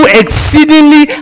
exceedingly